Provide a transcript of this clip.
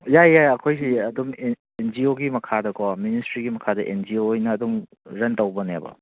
ꯌꯥꯏ ꯌꯥꯏ ꯑꯩꯈꯣꯏꯒꯤ ꯑꯗꯨꯝ ꯑꯦꯟ ꯖꯤ ꯑꯣꯒꯤ ꯃꯈꯥꯗꯀꯣ ꯃꯤꯅꯤꯁꯇ꯭ꯔꯤꯒꯤ ꯃꯈꯥꯗ ꯑꯦꯟ ꯖꯤ ꯑꯣ ꯑꯣꯏꯅ ꯑꯗꯨꯝ ꯔꯟ ꯇꯧꯕꯅꯦꯕ